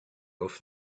off